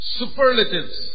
superlatives